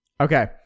Okay